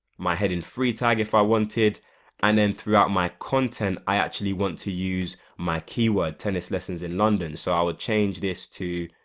my heading three tag if i wanted and then throughout my content i actually want to use my keyword tennis lessons in london so i would change this to,